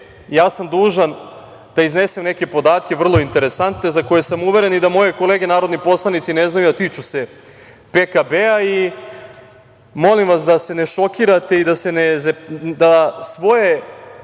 ja sam dužan da iznesem neke podatke vrlo interesantne, za koje sam uveren i da moje kolege narodni poslanici ne znaju, a tiče se PKB. Molim vas da se ne šokirate i da svoje